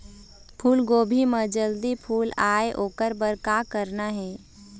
फूलगोभी म जल्दी फूल आय ओकर बर का करना ये?